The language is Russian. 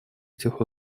этих